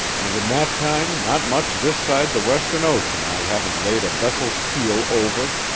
and in that time not much this side the western ocean i haven't laid a vessel's keel over.